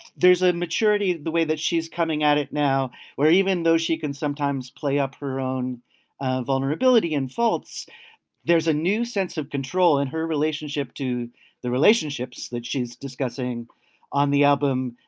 there's a maturity that the way that she is coming at it now where even though she can sometimes play up her own ah vulnerability and faults there's a new sense of control in her relationship to the relationships that she's discussing on the album.